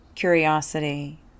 curiosity